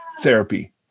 therapy